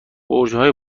برجهای